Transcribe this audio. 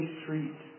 street